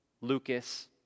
Lucas